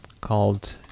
called